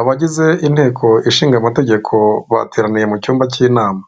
Abagize inteko ishinga amategeko bateraniye mu cyumba cy'inama.